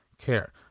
care